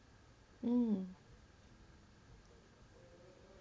mm